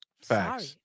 Sorry